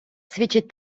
свідчить